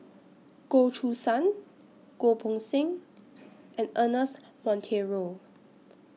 Goh Choo San Goh Poh Seng and Ernest Monteiro